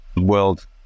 world